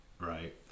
right